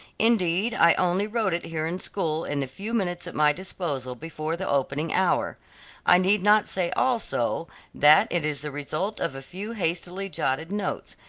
indeed, i only wrote it here in school in the few minutes at my disposal before the opening hour i need not say also that it is the result of a few hastily jotted notes,